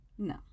no